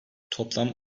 toplam